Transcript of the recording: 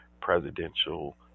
presidential